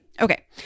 Okay